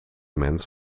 mens